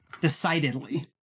decidedly